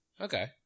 Okay